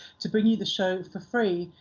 to bring you the show for free,